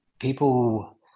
people